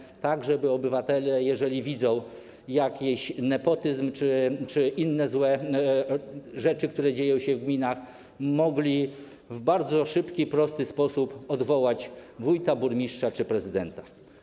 Chodzi o to, żeby obywatele, jeżeli widzą nepotyzm czy inne złe rzeczy, które dzieją się w gminach, mogli w bardzo szybki, prosty sposób odwołać wójta, burmistrza czy prezydenta.